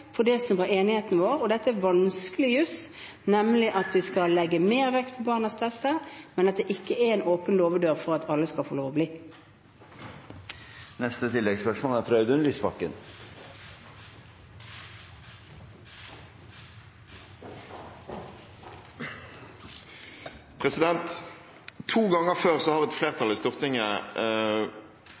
det gjelder det som var enigheten vår. Og dette er vanskelig juss: Vi skal legge mer vekt på barnas beste, men det skal ikke være en åpen låvedør, slik at alle skal få lov til å bli. Audun Lysbakken – til oppfølgingsspørsmål. To ganger før har et flertall på Stortinget